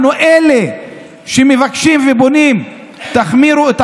אנחנו אלה שמבקשים ופונים: תחמירו את